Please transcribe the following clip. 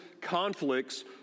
conflicts